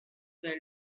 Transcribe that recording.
fell